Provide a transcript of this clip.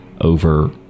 over